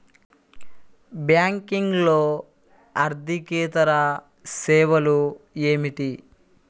బ్యాంకింగ్లో అర్దికేతర సేవలు ఏమిటీ?